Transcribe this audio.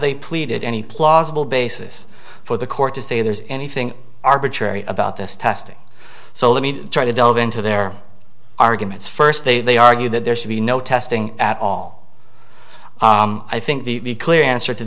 they pleaded any plausible basis for the court to say there's anything arbitrary about this testing so let me try to delve into their arguments first day they argue that there should be no testing at all i think the clear answer to